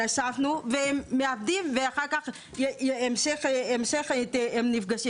והם מעבדים ונפגשים ועושים את מה שצריך.